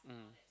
mm